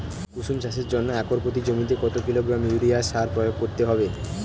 কুসুম চাষের জন্য একর প্রতি জমিতে কত কিলোগ্রাম ইউরিয়া সার প্রয়োগ করতে হবে?